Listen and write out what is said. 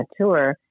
tour